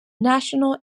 national